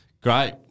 Great